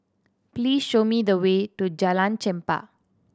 please show me the way to Jalan Chempah